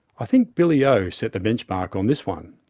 i think billy o set the benchmark on this one.